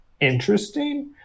interesting